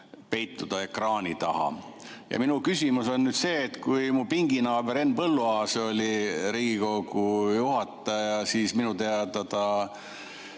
peituda ekraani taha. Minu küsimus on see, et kui mu pinginaaber Henn Põlluaas oli Riigikogu [istungi] juhataja, siis minu teada